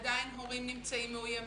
עדיין הורים נמצאים מאוימים,